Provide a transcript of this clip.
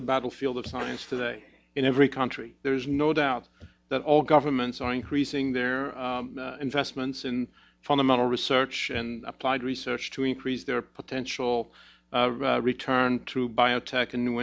the battle field of science today in every country there's no doubt that all governments are increasing their investments in fundamental research in applied research to increase their potential return to biotech and new